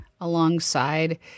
alongside